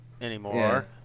anymore